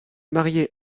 marié